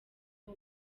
abo